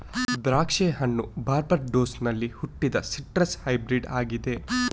ದ್ರಾಕ್ಷಿ ಹಣ್ಣು ಬಾರ್ಬಡೋಸಿನಲ್ಲಿ ಹುಟ್ಟಿದ ಸಿಟ್ರಸ್ ಹೈಬ್ರಿಡ್ ಆಗಿದೆ